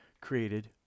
created